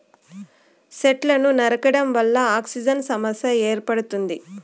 సెట్లను నరకడం వల్ల ఆక్సిజన్ సమస్య ఏర్పడుతుంది